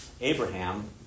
Abraham